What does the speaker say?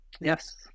Yes